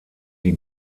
die